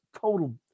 total